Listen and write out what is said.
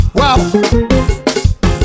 wow